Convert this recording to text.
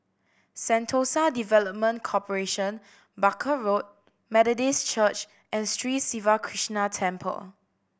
Sentosa Development Corporation Barker Road Methodist Church and Sri Siva Krishna Temple